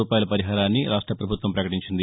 రూపాయల పరిహారాన్ని రాష్ట్ర పభుత్వం పకటించింది